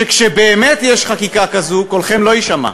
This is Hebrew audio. שכאשר באמת יש חקיקה כזאת, קולכם לא יישמע,